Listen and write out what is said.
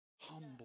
Humble